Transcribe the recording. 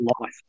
life